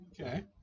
Okay